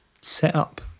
setup